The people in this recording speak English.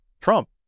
Trump